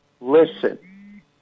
listen